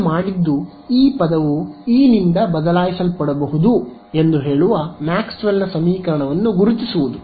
ನಾನು ಮಾಡಿದ್ದು ಈ ಪದವು ಇ ನಿಂದ ಬದಲಾಯಿಸಲ್ಪಡಬಹುದು ಎಂದು ಹೇಳುವ ಮ್ಯಾಕ್ಸ್ವೆಲ್ನ ಸಮೀಕರಣವನ್ನು ಗುರುತಿಸುವುದು